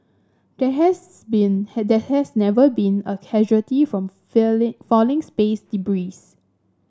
there has been there has never been a casualty from feeling falling space debris